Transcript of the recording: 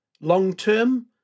long-term